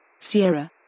Sierra